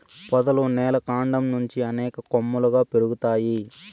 పొదలు నేల కాండం నుంచి అనేక కొమ్మలుగా పెరుగుతాయి